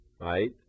right